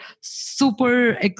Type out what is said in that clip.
super